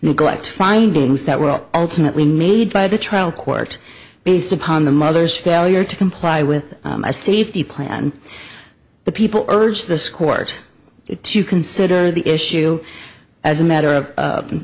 neglect findings that will ultimately made by the trial court based upon the mother's failure to comply with a safety plan the people urged this court to consider the issue as a matter of